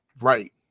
Right